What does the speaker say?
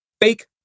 fake